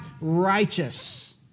righteous